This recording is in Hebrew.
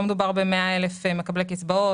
לא מדובר במאה אלף מקבלי קצבאות.